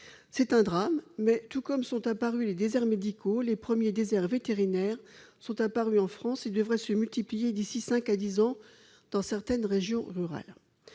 C'est un drame, mais tout comme ont surgi les « déserts médicaux », les premiers « déserts vétérinaires » sont apparus en France et devraient se multiplier d'ici cinq à dix ans dans certaines régions rurales.